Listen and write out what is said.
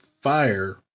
fire